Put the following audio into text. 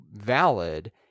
valid